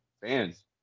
fans